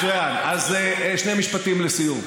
מצוין, אז שני משפטים לסיום.